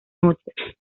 noches